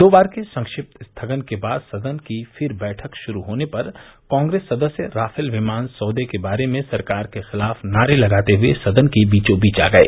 दो बार के संक्षिप्त स्थगन के बाद सदन की फिर बैठक शुरू होने पर कांग्रेस सदस्य राफेल विमान सौदे के बारे में सरकार के खिलाफ नारे लगाते हुए सदन के बीचों बीच आ गए